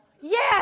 Yes